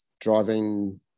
Driving